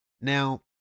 Now